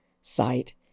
site